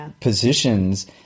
positions